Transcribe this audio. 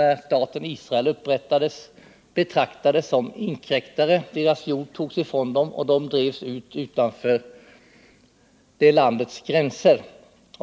När staten Israel upprättades blev de betraktade som inkräktare, deras jord togs ifrån dem och de drevs utanför det landets gränser.